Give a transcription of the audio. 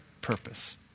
purpose